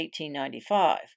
1895